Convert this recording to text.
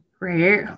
right